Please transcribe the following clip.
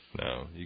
No